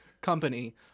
company